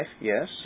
Yes